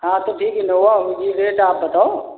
हाँ तो ठीक इनोवा उनकी रेट आप बताओ